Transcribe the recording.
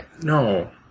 no